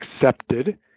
accepted